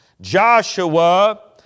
Joshua